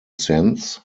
sense